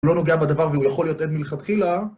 הוא לא נוגע בדבר והוא יכול להיות עד מלכתחילה.